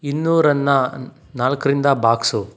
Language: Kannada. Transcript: ಇನ್ನೂರನ್ನು ನಾಲ್ಕರಿಂದ ಭಾಗಿಸು